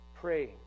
praying